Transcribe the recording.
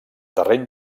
terreny